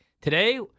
today –